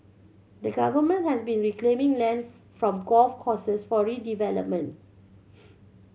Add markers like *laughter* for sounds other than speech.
the Government has been reclaiming land *unintelligible* from golf courses for redevelopment